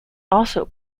also